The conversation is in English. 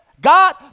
God